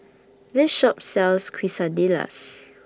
This Shop sells Quesadillas